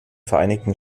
vereinigten